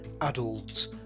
adult